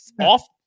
off